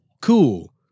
cool